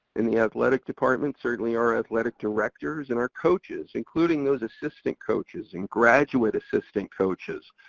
in the athletic department, certainly our athletic directors and our coaches, including those assistant coaches, and graduate assistant coaches,